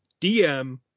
DM